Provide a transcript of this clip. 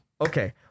okay